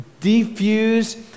defuse